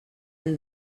and